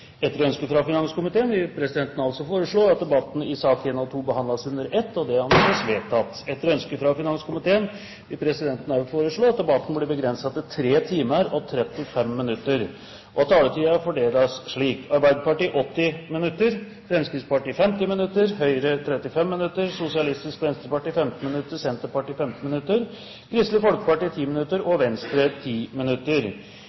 Etter ønske fra finanskomiteen vil presidenten foreslå at debatten i sak nr. 1 og sak nr. 2 behandles under ett. – Det anses vedtatt. Etter ønske fra finanskomiteen vil presidenten foreslå at debatten blir begrenset til 3 timer og 35 minutter, og at taletiden fordeles slik: Arbeiderpartiet 80 minutter, Fremskrittspartiet 50 minutter, Høyre 35 minutter, Sosialistisk Venstreparti 15 minutter, Senterpartiet 15 minutter, Kristelig Folkeparti 10 minutter